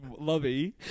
lobby